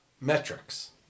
metrics